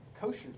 kosher